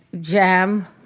jam